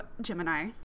Gemini